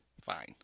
Fine